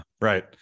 right